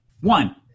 one